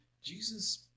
Jesus